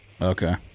okay